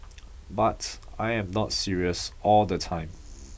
but I am not serious all the time